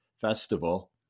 festival